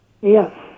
Yes